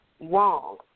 wrong